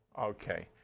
okay